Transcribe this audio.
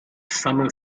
summer